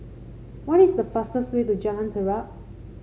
what is the fastest way to Jalan Terap